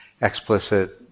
explicit